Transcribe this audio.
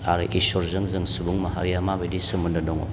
आरो इसोरजों जों सुबुं माहारिया माबायदि सोमोन्दो दङ